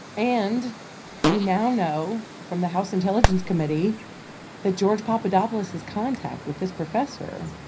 and we now know from the house intelligence committee that george papadopoulos's contact with this professor,